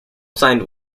signed